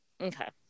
Okay